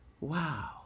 wow